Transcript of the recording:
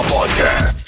Podcast